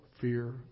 fear